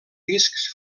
discs